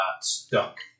stuck